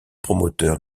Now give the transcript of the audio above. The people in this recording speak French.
promoteur